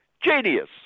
Genius